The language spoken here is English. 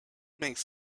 makes